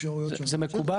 זה מקובל?